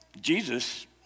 Jesus